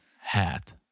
hat